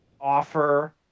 offer